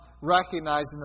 recognizing